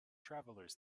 travelers